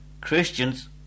Christians